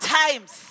times